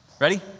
Ready